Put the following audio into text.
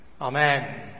Amen